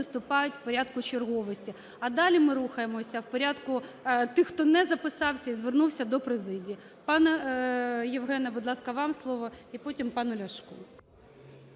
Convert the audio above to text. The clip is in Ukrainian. виступають в порядку черговості, а далі ми рухаємося в порядку тих, хто не записався і звернувся до президії. Пане Євгене, будь ласка, вам слово і потім – пану Ляшку.